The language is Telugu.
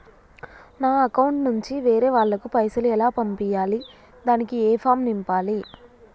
నా అకౌంట్ నుంచి వేరే వాళ్ళకు పైసలు ఎలా పంపియ్యాలి దానికి ఏ ఫామ్ నింపాలి?